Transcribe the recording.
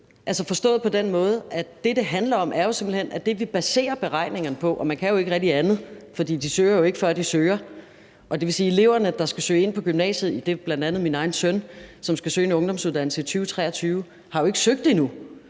forstået på den måde, at det jo simpelt hen handler om, at det er de tal, vi baserer beregningerne på. Man kan ikke rigtig gøre andet, fordi de jo ikke søger, før de søger, og det vil sige, at elever, der skal søge ind på gymnasiet, herunder bl.a. min egen søn, som skal søge en ungdomsuddannelse i 2023, jo endnu